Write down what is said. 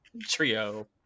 Trio